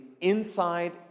inside